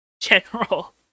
general